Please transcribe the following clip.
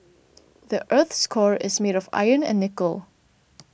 the earth's core is made of iron and nickel